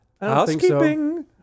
Housekeeping